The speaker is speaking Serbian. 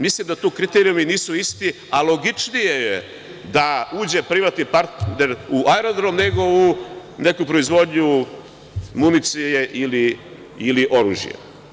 Mislim da tu kriterijumi nisu isti, a logičnije je da uđe privatni partner u aerodrom, nego u neku proizvodnju municije ili oružja.